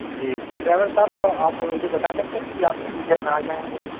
جی تو ڈرائیور صاحب آپ یہ بتا سکتے ہیں کہ آپ کتنی دیر میں آ جائیں گے